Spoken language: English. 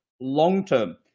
long-term